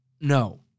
no